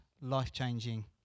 life-changing